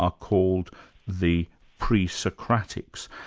are called the pre-socratics,